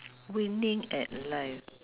wining at life